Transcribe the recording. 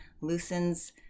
loosens